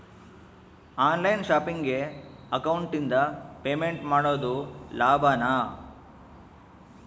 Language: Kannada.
ಆನ್ ಲೈನ್ ಶಾಪಿಂಗಿಗೆ ಅಕೌಂಟಿಂದ ಪೇಮೆಂಟ್ ಮಾಡೋದು ಲಾಭಾನ?